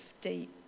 deep